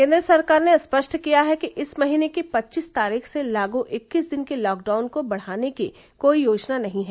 केन्द्र सरकार ने स्पष्ट किया है कि इस महीने की पच्चीस तारीख से लागू इक्कीस दिन के लॉकडाउन को बढाने की कोई योजना नहीं है